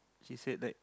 she said like